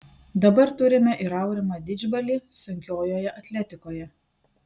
dabar turime ir aurimą didžbalį sunkiojoje atletikoje